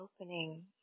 opening